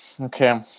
Okay